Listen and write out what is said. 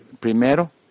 Primero